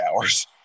hours